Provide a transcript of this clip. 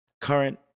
Current